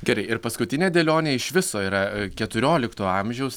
gerai ir paskutinė dėlionė iš viso yra keturiolikto amžiaus